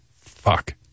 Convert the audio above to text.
Fuck